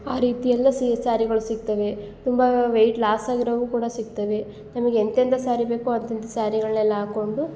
ಆ ರೀತಿಯಲ್ಲೆ ಸಿ ಸ್ಯಾರಿಗಳು ಸಿಗ್ತವೆ ತುಂಬ ವೆಯ್ಟ್ ಲಾಸ್ ಆಗಿರವು ಕೂಡ ಸಿಗ್ತವೆ ನಮಗೆ ಎಂತೆಂಥ ಸ್ಯಾರಿ ಬೇಕೋ ಅಂತಂಥ ಸ್ಯಾರಿಗಳ್ನೆಲ್ಲ ಹಾಕೊಂಡು